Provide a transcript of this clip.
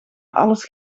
alles